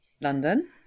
London